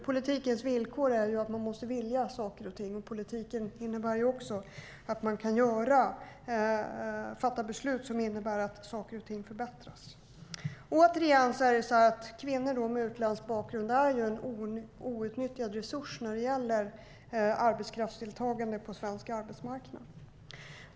Politikens villkor är att man måste vilja saker och ting, och politiken innebär också att man kan fatta beslut som innebär att saker och ting förbättras. Återigen är det så att kvinnor med utländsk bakgrund är en outnyttjad resurs när det gäller arbetskraftsdeltagande på svensk arbetsmarknad.